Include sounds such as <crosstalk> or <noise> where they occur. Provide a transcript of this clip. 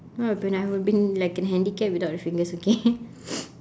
what happened I would have been like a handicap without the fingers okay <laughs> <noise>